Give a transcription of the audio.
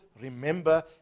remember